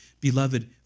Beloved